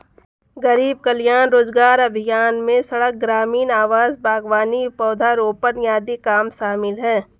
गरीब कल्याण रोजगार अभियान में सड़क, ग्रामीण आवास, बागवानी, पौधारोपण आदि काम शामिल है